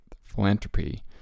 philanthropy